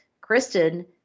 Kristen